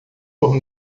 por